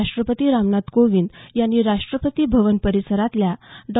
राष्टपति रामनाथ कोविंद यांनी राष्टपति भवन परिसरातल्या डॉ